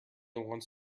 wants